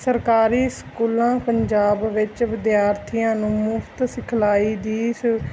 ਸਰਕਾਰੀ ਸਕੂਲਾਂ ਪੰਜਾਬ ਵਿੱਚ ਵਿਦਿਆਰਥੀਆਂ ਨੂੰ ਮੁਫਤ ਸਿਖਲਾਈ ਦੀ ਸਹੂ